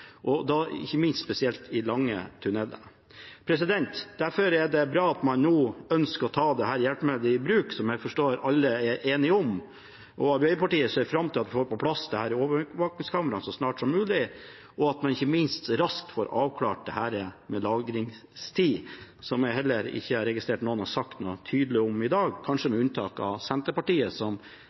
ikke minst i lange tuneller. Derfor er det bra at man nå ønsker å ta dette hjelpemiddelet i bruk, som jeg forstår alle er enige om. Arbeiderpartiet ser fram til at vi får på plass disse overvåkingskameraene så snart som mulig, og ikke minst at man raskt får avklart lagringstida, som jeg heller ikke har registrert at noen har sagt noe tydelig om i dag – kanskje med unntak av Senterpartiet, som